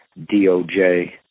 DOJ